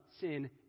sin